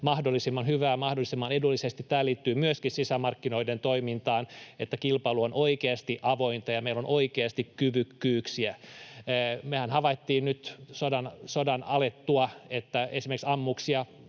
mahdollisimman hyvää mahdollisimman edullisesti. Tämä liittyy myöskin sisämarkkinoiden toimintaan, että kilpailu on oikeasti avointa ja meillä on oikeasti kyvykkyyksiä. Mehän havaittiin nyt sodan alettua, että esimerkiksi ammuksia